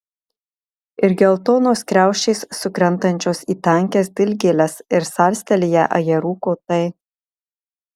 ir geltonos kriaušės sukrentančios į tankias dilgėles ir salstelėję ajerų kotai